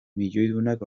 milioidunak